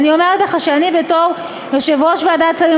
אני אומרת לך שאני בתור יושבת-ראש ועדת שרים